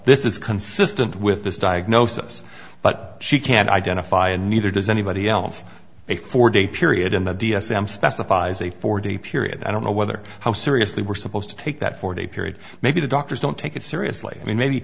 this is consistent with this diagnosis but she can't identify and neither does anybody else a four day period in the d s m specifies a four day period i don't know whether how seriously we're supposed to take that four day period maybe the doctors don't take it seriously i mean maybe